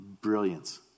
Brilliance